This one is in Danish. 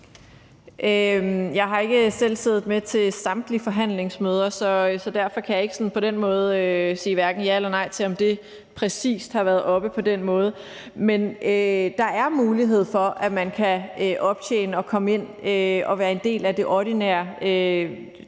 Jeg har ikke selv siddet med til samtlige forhandlingsmøder, så derfor kan jeg ikke på den måde sige ja eller nej til, om det præcis har været oppe på den måde. Men der er mulighed for, at man kan optjene og komme ind og være en del af det ordinære